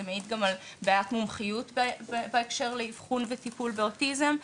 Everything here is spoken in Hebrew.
זה מעיד גם על בעיית מומחיות בקשר לאבחון וטיפול באוטיזם.